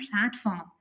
platform